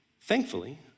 Thankfully